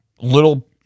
little